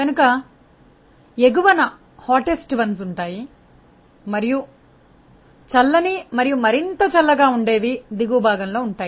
కనుక ఎగువన hottest ones ఉంటాయి మరియు చల్లనీ మరియు మరింత చల్లగా ఉండేవి దిగువ భాగంలో ఉంటాయి